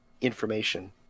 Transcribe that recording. information